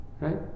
Right